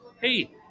hey